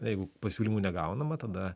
jeigu pasiūlymų negaunama tada